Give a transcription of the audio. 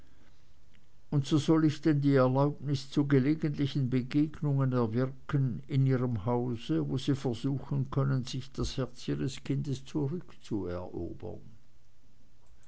und so soll ich denn die erlaubnis zu gelegentlichen begegnungen erwirken in ihrem hause wo sie versuchen können sich das herz ihres kindes zurückzuerobern